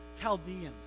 Chaldeans